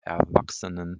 erwachsenen